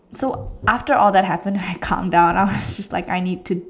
so after all that happen I calm down I was just like I need to